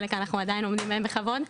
חלק אנחנו עדיין עומדים בהם בכבוד,